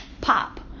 pop